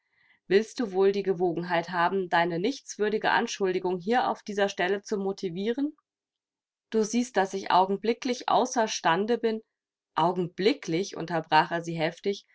willst du wohl die gewogenheit haben deine nichtswürdige anschuldigung hier auf dieser stelle zu motivieren du siehst daß ich augenblicklich außer stande bin augenblicklich unterbrach er sie heftig